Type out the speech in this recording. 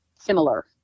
similar